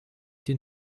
den